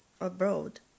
abroad